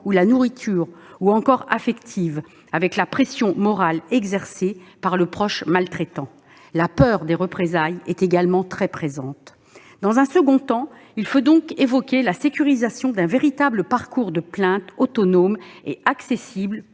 de la nourriture, ou encore affectives, avec la pression morale exercée par le proche maltraitant. La peur des représailles est également très présente. Dans un second temps, il faut donc évoquer la sécurisation d'un véritable parcours de plainte autonome et accessible